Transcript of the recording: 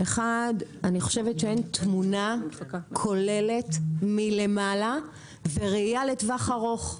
אחד אני חושבת שאין תמונה כוללת מלמעלה וראייה לטווח ארוך,